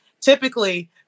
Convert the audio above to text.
Typically